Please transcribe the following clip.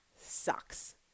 sucks